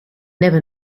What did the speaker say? never